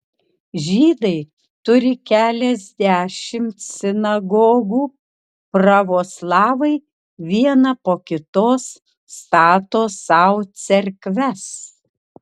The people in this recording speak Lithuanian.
žydai turi keliasdešimt sinagogų pravoslavai vieną po kitos stato sau cerkves